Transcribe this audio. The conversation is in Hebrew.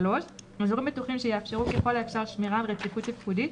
אזורים בטוחים שיאפשרו ככל האפשר שמירה על רציפות תפקודית